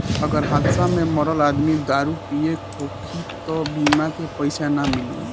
अगर हादसा में मरल आदमी दारू पिले होखी त बीमा के पइसा ना मिली